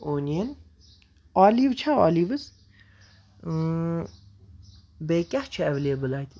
onion اولو چھا اولِؤز اۭں بیٚیہِ کیاہ چھُ ایویلیبٕل اتہِ